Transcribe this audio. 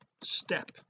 step